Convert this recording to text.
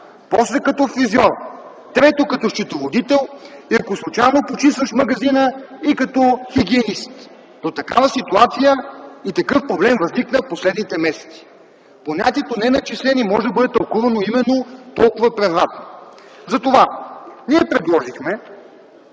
после като фризьор, трето като счетоводител, а ако случайно почистваш магазина – и като хигиенист”. Такава ситуация и такъв проблем възникна през последните месеци. Понятието „неначислени” може да бъде тълкувано толкова превратно! Затова ние предложихме